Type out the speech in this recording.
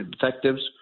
detectives